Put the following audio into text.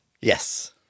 Yes